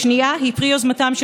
השנייה היא פרי יוזמתם של